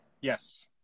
Yes